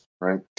right